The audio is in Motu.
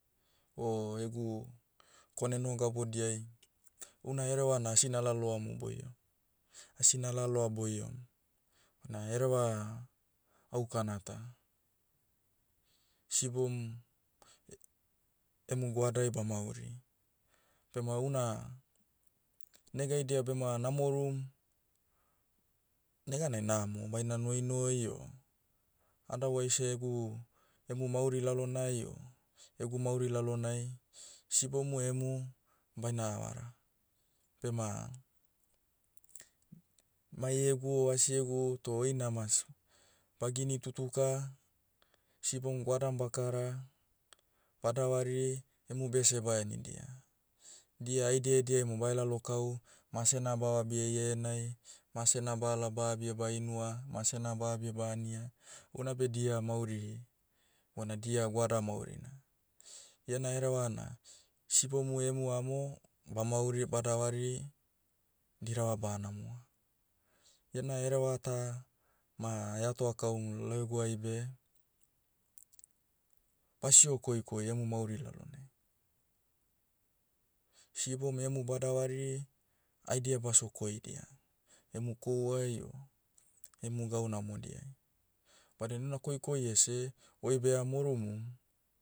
O egu, kone noho gabudiai, una hereva na asi na laloamu boio- asi nalaloa boiom. Bana hereva, aukana ta. Sibom, emu goadai bamauri. Bema una, negaidia bema namorum, neganai namo baina noinoi o, otherwise egu, emu mauri lalonai o, egu mauri lalonai, sibomu emu, baina havara. Bema, mai egu o asi egu toh oina mas, bagini tutuka, sibom goadam bakara, badavari, emu bese bahenidia. Dia haidia ediai mo bahelalokau, masena bavabia ienai, masena bala ba abia bainua, masena ba abia ba ania, ouna beh dia mauri, bona dia goada maurina. Iena hereva na, sibomu emu amo, bamauri badavari, dirava baha namoa. Iena hereva ta, ma eatoa kaum lauguai beh, basio koikoi emu mauri lalonai. Sibom emu badavari, haidia baso koidia. Emu kohuai o, emu gau namodiai. Badin na koikoi ese, oi beha morumum,